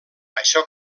això